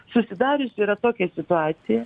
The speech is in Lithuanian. susidarius yra tokia situacija